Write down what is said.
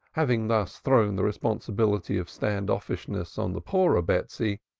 having thus thrown the responsibility of stand-offishness on the poorer betsy,